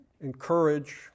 encourage